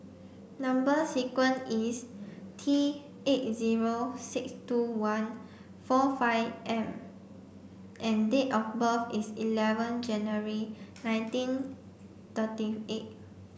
number sequence is T eight zero six two one four five M and date of birth is eleven January nineteen thirty eight